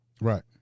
Right